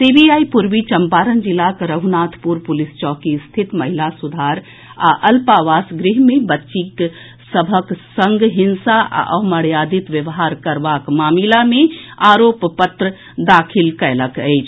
CBI पूर्वी चंपारण जिलाक Raghunathpur police चौकी स्थित महिला सुधार आ अल्पावास गृह मे बच्ची सभक संग हिंसा आ अमर्यादित व्यवहार करबाक मामिला मे आरोप पत्र दाखिल कयलक अछि